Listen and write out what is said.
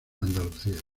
andalucía